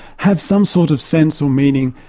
have some sort of sense or meaning,